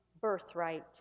birthright